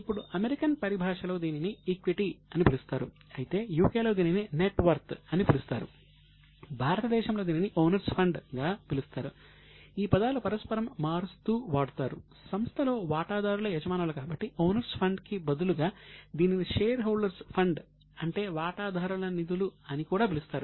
ఇప్పుడు అమెరికన్ పరిభాషలో దీనిని ఈక్విటీ అంటే వాటాదారుల నిధులు అని కూడా పిలుస్తారు